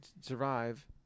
survive